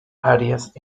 arias